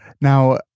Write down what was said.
Now